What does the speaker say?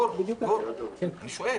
גור, אני שואל.